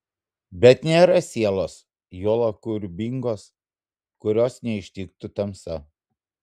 bet nėra sielos juolab kūrybingos kurios neištiktų tamsa